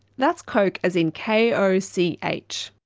that's koch as in k o c h.